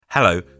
Hello